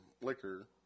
liquor